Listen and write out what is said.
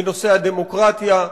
בנושא הדמוקרטיה,